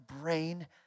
brain